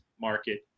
market